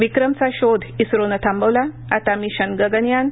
विक्रम चा शोध इस्रोनं थांबवला आता मिशन गगनयान